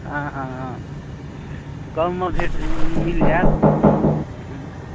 हाँ हाँ हाँ कममे भेट मिल जायत हूँ